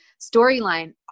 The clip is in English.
storyline